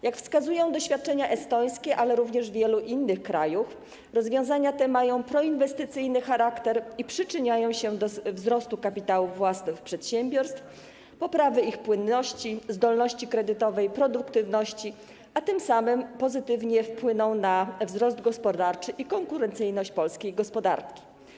Jak wskazują doświadczenia estońskie, ale również wielu innych krajów, rozwiązania te mają proinwestycyjny charakter i przyczyniają się do wzrostu kapitału własnego przedsiębiorstw, poprawy ich płynności, zdolności kredytowej i produktywności, a tym samym pozytywnie wpłyną na wzrost gospodarczy i konkurencyjność polskiej gospodarki.